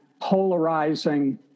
polarizing